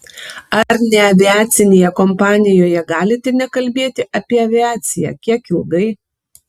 ar neaviacinėje kompanijoje galite nekalbėti apie aviaciją kiek ilgai